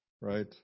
right